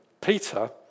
Peter